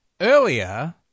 earlier